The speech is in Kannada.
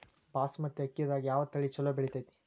ಬಾಸುಮತಿ ಅಕ್ಕಿದಾಗ ಯಾವ ತಳಿ ಛಲೋ ಬೆಳಿತೈತಿ?